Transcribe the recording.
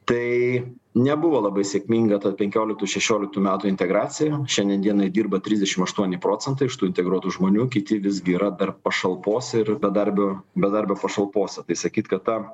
tai nebuvo labai sėkminga ta penkioliktų šešioliktų metų integracija šiandien dienai dirba trisdešim aštuoni procentai iš tų integruotų žmonių kiti visgi yra dar pašalpos ir bedarbio bedarbio pašalpose tai sakyt kad ta